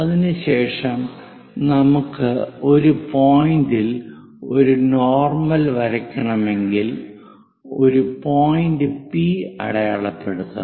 അതിനുശേഷം നമുക്ക് ഒരു പോയിന്റിൽ ഒരു നോർമൽ വരയ്ക്കണമെങ്കിൽ ഒരു പോയിന്റ് പി അടയാളപ്പെടുത്തണം